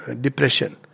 depression